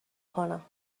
کنم